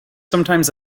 sometimes